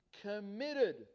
committed